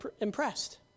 impressed